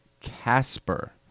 Casper